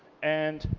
and